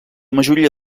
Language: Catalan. majoria